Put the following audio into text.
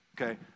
okay